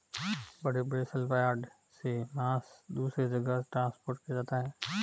बड़े बड़े सलयार्ड से मांस दूसरे जगह ट्रांसपोर्ट किया जाता है